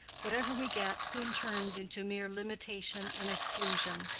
whatever we get soon turns into mere limitation and exclusion.